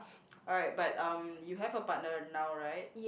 alright but um you have a partner now right